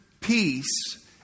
peace